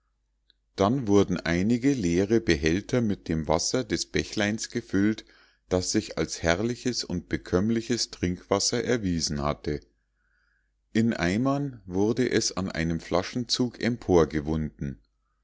dann wurden einige leere behälter mit dem wasser des bächleins gefüllt das sich als herrliches und bekömmliches trinkwasser erwiesen hatte in eimern wurde es an einem flaschenzug